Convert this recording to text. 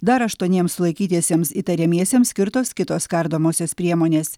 dar aštuoniems sulaikytiesiems įtariamiesiems skirtos kitos kardomosios priemonės